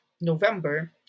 November